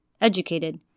educated